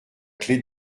clé